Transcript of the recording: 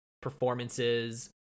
performances